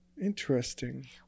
interesting